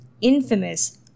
infamous